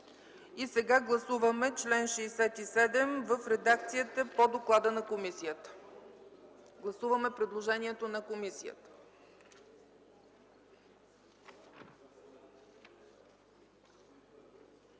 Сега гласуваме чл. 67 в редакцията по доклада на комисията. Гласуваме предложението на комисията.